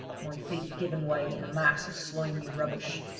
my feet had given way in a mass of slimy rubbish,